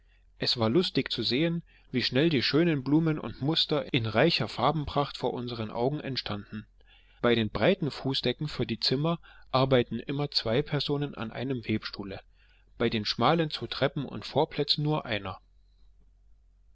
es war lustig zu sehen wie schnell die schönen blumen und muster in reicher farbenpracht vor unseren augen entstanden bei den breiten fußdecken für die zimmer arbeiten immer zwei personen an einem webstuhle bei den schmalen zu treppen und vorplätzen nur einer